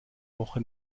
woche